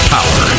Power